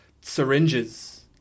syringes